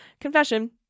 Confession